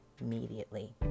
immediately